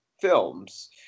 films